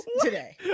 today